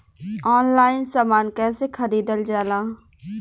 Online समान कैसे खरीदल जाला?